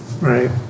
right